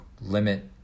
limit